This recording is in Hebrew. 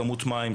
כמות מים,